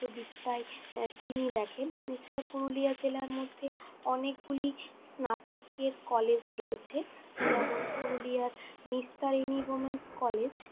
দিকটায় তিনি দেখেন এছাড়া পুরুলিয়া জেলার মধ্যে অনেকগুলি স্নাতকের কলেজ রয়েছে যেমন পুরুলিয়ার নিস্তারিণী উমেন্স কলেজ